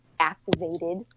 Activated